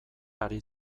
ari